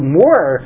more